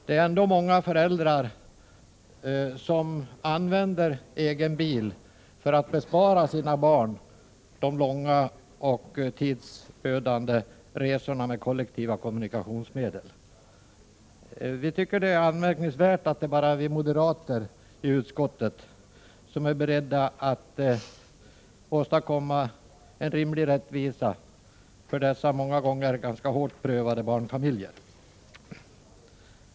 Det är ändå många föräldrar som använder egen bil för att bespara sina barn de långa och tidsödande resorna med kollektiva kommunikationsmedel. Vi tycker att det är anmärkningsvärt att det bara är vi moderater i utskottet som är beredda att åstadkomma en rimlig rättvisa för dessa många gånger ganska hårt prövade barnfamiljer.